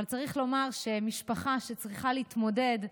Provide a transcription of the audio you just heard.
אבל צריך לומר שהמשפחה צריכה להתמודד,